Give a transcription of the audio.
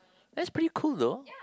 that's pretty cool though